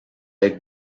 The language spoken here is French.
être